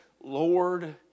Lord